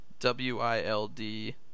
W-I-L-D